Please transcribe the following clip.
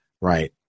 Right